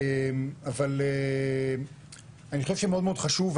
אבל אני חושב שמאוד מאוד חשוב,